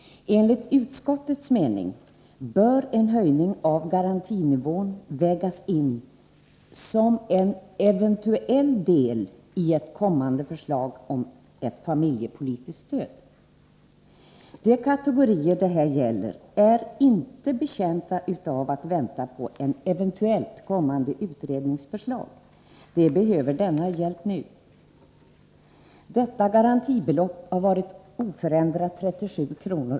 Enligt utskottets mening bör en höjning av garantinivån vägas in som en eventuell del i ett kommande förslag om familjepolitiskt stöd. De kategorier det här gäller är inte betjänta utav att vänta på en eventuellt kommande utrednings förslag. De behöver denna hjälp nu. Garantibeloppet har varit oförändrat 37 kr.